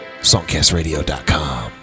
songcastradio.com